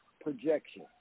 projection